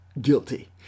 guilty